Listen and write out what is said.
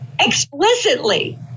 explicitly